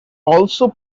also